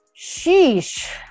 Sheesh